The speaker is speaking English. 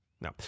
No